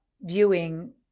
viewing